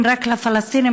מקשיבים רק לפלסטינים,